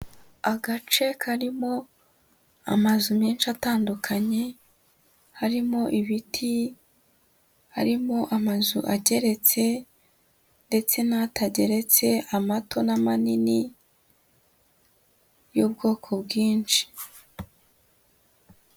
Agace karimo amazu menshi atandukanye, harimo ibiti, harimo amazu ageretse ndetse n'atageretse, amato n'amanini y'ubwoko bwinshi.